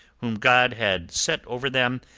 whom god had set over them,